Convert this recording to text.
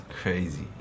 crazy